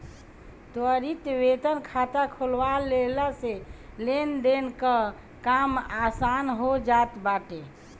त्वरित वेतन खाता खोलवा लेहला से लेनदेन कअ काम आसान हो जात बाटे